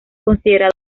considerado